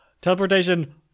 Teleportation